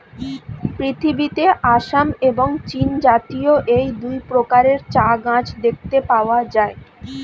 পৃথিবীতে আসাম এবং চীনজাতীয় এই দুই প্রকারের চা গাছ দেখতে পাওয়া যায়